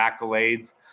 accolades